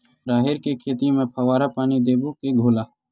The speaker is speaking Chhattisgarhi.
राहेर के खेती म फवारा पानी देबो के घोला?